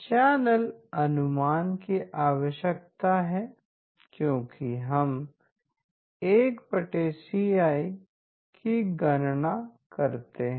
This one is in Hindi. चैनल अनुमान की आवश्यकता है क्योंकि हम 1Ci की गणना करते हैं